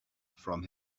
from